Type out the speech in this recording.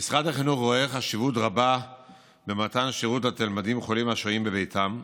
משרד החינוך רואה חשיבות רבה במתן שירות לתלמידים חולים השוהים בביתם.